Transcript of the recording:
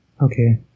Okay